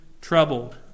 troubled